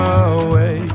away